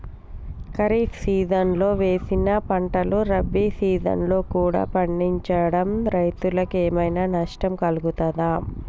ఖరీఫ్ సీజన్లో వేసిన పంటలు రబీ సీజన్లో కూడా పండించడం రైతులకు ఏమైనా నష్టం కలుగుతదా?